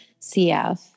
CF